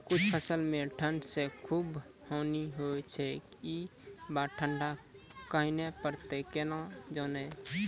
कुछ फसल मे ठंड से खूब हानि होय छैय ई बार ठंडा कहना परतै केना जानये?